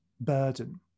burden